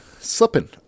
slipping